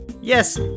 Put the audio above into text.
Yes